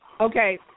Okay